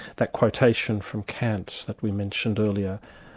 that quotation from kant that we mentioned earlier,